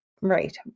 Right